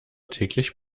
täglich